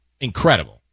Incredible